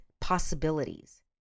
possibilities